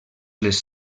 les